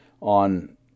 on